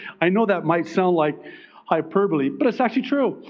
i know that might sound like hyperbole, but it's actually true.